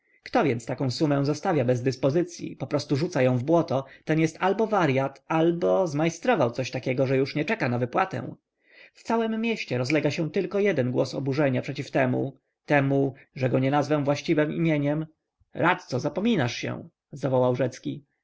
kto więc taką sumę zostawia bez dyspozycyi poprostu rzuca ją w błoto ten jest albo waryat albo zmajstrował coś takiego że już nie czeka na wypłatę w całem mieście rozlega się tylko jeden głos oburzenia przeciw temu temu że go nie nazwę właściwem imieniem radco zapominasz się zawołał